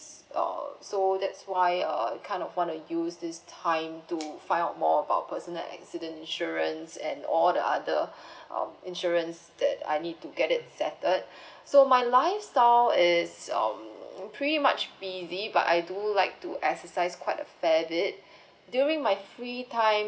uh so that's why uh I kind of wanna use this time to find out more about personal accident insurance and all the other um insurance that I need to get it settled so my lifestyle is um pretty much busy but I do like to exercise quite a fair bit during my free time